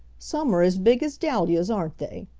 some are as big as dahlias, aren't they?